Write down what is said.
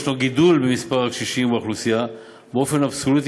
יש גידול במספר הקשישים באוכלוסייה באופן אבסולוטי,